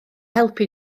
helpu